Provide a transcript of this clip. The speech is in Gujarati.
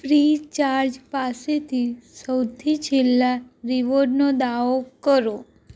ફ્રીચાર્જ પાસેથી સૌથી છેલ્લા રીવોર્ડનો દાવો કરો